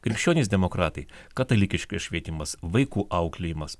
krikščionys demokratai katalikiškas švietimas vaikų auklėjimas